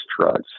drugs